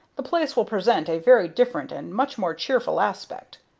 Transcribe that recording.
the place will present a very different and much more cheerful aspect.